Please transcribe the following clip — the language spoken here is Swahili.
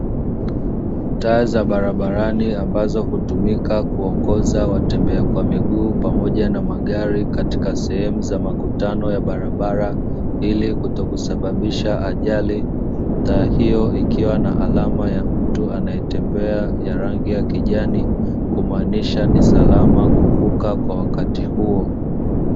Taa za barabarani ambazo hutumika kuongoza watembea kwa miguu pamoja na magari katika sehemu za makutano ya barabara ili kutokusababisha ajali. Taa hiyo ikiwa na alama ya mtu anayetembea ya rangi ya kijani kumaanisha ni salama kuvuka kwa wakati huo.